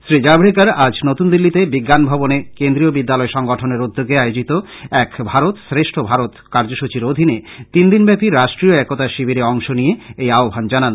শ্রী জাভড়েকার আজ নতুনদিল্লীর বিজ্ঞান ভবনে কেন্দ্রীয় বিদ্যালয় সংগঠনের উদ্যোগে আয়োজিত এক ভারত শ্রেষ্ঠ ভারত কার্যসূচির অধীনে তিনদিন ব্যাপী রাষ্ট্রীয় একতা শিবিরে অংশ নিয়ে এই আহ্বান জানান